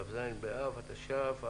כ"ז באב התש"ף.